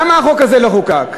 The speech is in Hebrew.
למה החוק הזה לא חוקק?